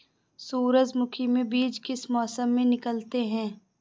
सूरजमुखी में बीज किस मौसम में निकलते हैं?